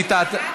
היא טעתה.